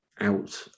out